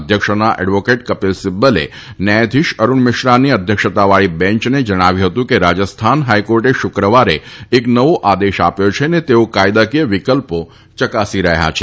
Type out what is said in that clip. અધ્યક્ષનાં advocate Kapil સિબ્બલે ન્યાયાધીશ અરૃણ મિશ્રાની અધ્યક્ષતાવાળી બેંચને જણાવ્યું હતું કે રાજસ્થાન હાઈકોર્ટે શ્ક્રવારે એક નવો આદેશ આપ્યો છે અને તેઓ કાયદાકીય વિકલ્પો ચકાસી રહ્યા છે